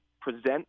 present